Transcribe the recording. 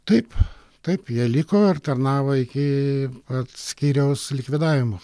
taip taip jie liko ir tarnavo iki skyriaus likvidavimo